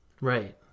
Right